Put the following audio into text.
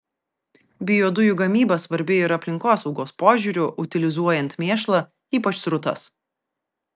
biodujų gamyba svarbi ir aplinkosaugos požiūriu utilizuojant mėšlą ypač srutas